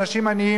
אנשים עניים,